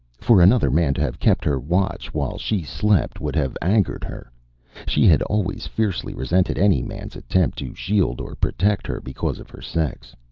for another man to have kept her watch while she slept would have angered her she had always fiercely resented any man's attempting to shield or protect her because of her sex.